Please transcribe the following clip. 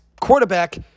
quarterback